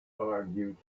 argued